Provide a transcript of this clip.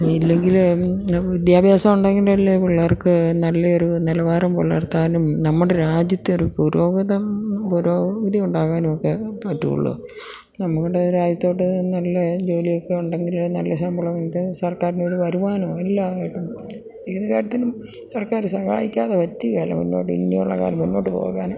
ഇല്ലെങ്കില് പിന്നെ വിദ്യാഭ്യാസമുണ്ടെങ്കിലല്ലേ പിള്ളേർക്ക് നല്ലയൊരു നിലവാരം പുലർത്താനും നമ്മുടെ രാജ്യത്തൊരു പുരോഗതിയുണ്ടാകാനുമൊക്കെ പറ്റുകയുള്ളൂ നമ്മുടെ രാജ്യത്തില് നല്ല ജോലിയൊക്കെയുണ്ടെങ്കില് നല്ല ശമ്പളവുമുണ്ടെങ്കില് സർക്കാരിനൊരു വരുമാനവും എല്ലാമായിട്ടും ഏത് കാര്യത്തിനും സർക്കാര് സഹായിക്കാതെ പറ്റുകയില്ല മുന്നോട്ടിനിയുള്ള കാലം മുന്നോട്ടുപോകാന്